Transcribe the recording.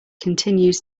continues